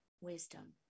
wisdom